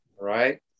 right